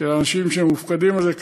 של האנשים שמופקדים על זה,